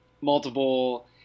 multiple